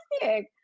Fantastic